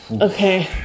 Okay